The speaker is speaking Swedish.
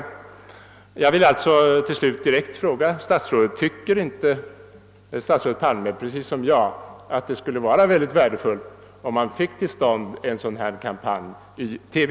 Därför vill jag till sist direkt fråga statsrådet Palme: Tycker inte statsrådet, liksom jag, att det skulle vara mycket värdefullt, om det blev en sådan kampanj i TV?